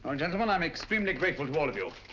um gentlemen, i'm extremely grateful to all of you.